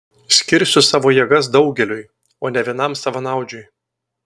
skirsiu savo jėgas daugeliui o ne vienam savanaudžiui